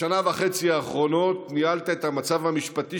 בשנה וחצי האחרונות ניהלת את המצב המשפטי